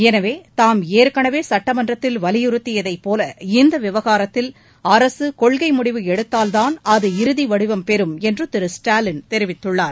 எனவே ஏற்கனவேசட்டமன்றத்தில் வலியுறுத்தியதைப் போல இந்தவிவகாரத்தில் தாம் அரசுகொள்கைமுடிவு எடுத்தால்தான் அது இறுதிவடிவம் பெறும் என்றுதிரு ஸ்டாலின் தெரிவித்துள்ளார்